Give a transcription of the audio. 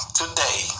today